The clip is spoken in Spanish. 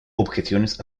objeciones